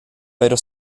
pero